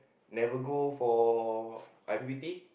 never go for I_P_P_T